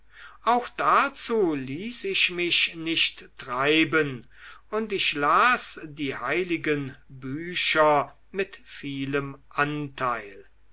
auch dazu ließ ich mich nicht treiben und ich las die heiligen bücher mit vielem anteil